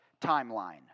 timeline